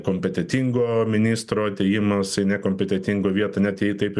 kompetentingo ministro atėjimas į nekompetentingo vietą net jei taip